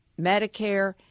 Medicare